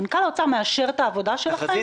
מנכ"ל האוצר מאשר את העבודה שלכם?